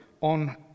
on